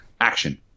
action